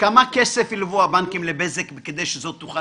כמה כסף הלוו הבנקים לבזק כדי שזאת תוכל